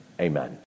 amen